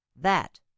That